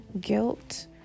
guilt